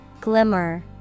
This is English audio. glimmer